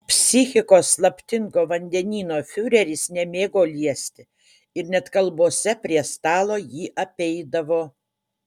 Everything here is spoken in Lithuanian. psichikos slaptingo vandenyno fiureris nemėgo liesti ir net kalbose prie stalo jį apeidavo